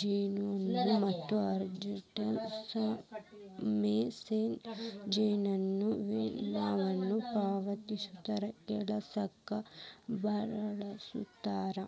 ಜೇನುನೊಣ ಮತ್ತು orchard mason ಜೇನುನೊಣ ಇವೆಲ್ಲಾನು ಪರಾಗಸ್ಪರ್ಶ ಕೆಲ್ಸಕ್ಕ ಬಳಸ್ತಾರ